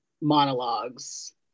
monologues